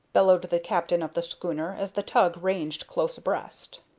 bellowed the captain of the schooner as the tug ranged close abreast.